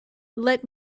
let